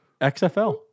XFL